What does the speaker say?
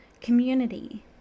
community